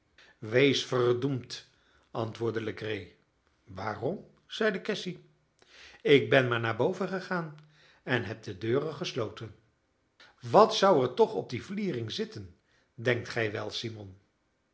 wees verdoemd antwoordde legree waarom zeide cassy ik ben maar naar boven gegaan en heb de deuren gesloten wat zou er toch op die vliering zitten denkt gij wel simon